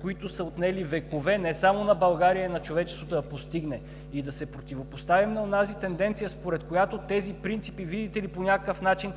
които са отнели векове не само на България, а и на човечеството да постигне и да се противопоставим на онази тенденция, според която тези принципи, видите ли, по някакъв начин